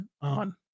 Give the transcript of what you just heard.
on